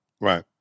Right